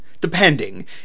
depending